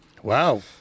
Wow